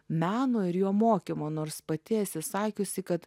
meno ir jo mokymo nors pati esi sakiusi kad